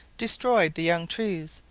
destroyed the young trees,